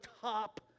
top